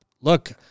look